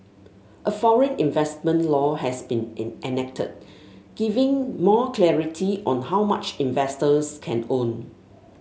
a foreign investment law has been in enacted giving more clarity on how much investors can own